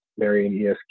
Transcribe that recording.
marionesq